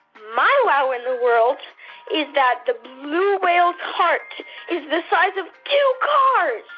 my wow in the world is that the blue whale's heart is the size of two cars.